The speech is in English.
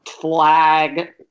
Flag